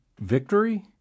victory